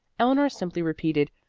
eleanor simply repeated,